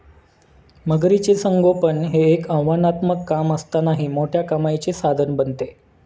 मगरीचे संगोपन हे एक आव्हानात्मक काम असतानाही मोठ्या कमाईचे साधन बनते